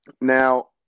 Now